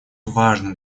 важным